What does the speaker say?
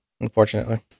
unfortunately